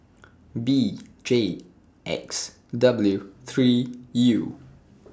B J X W three U